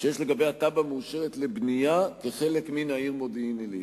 שיש לגביה תב"ע מאושרת לבנייה כחלק מהעיר מודיעין-עילית.